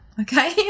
okay